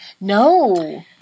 no